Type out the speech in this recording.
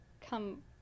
come